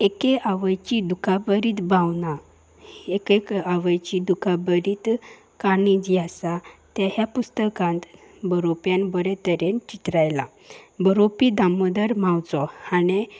एके आवयची दुखाबरीत भावना एक एक आवयची दुखाबरीत काणी जी आसा ते ह्या पुस्तकांत बरोवप्यान बरे तरेन चित्रायलां बरोवपी दामोदर मांवचो हाणें